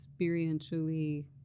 experientially